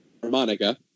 harmonica